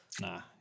Nah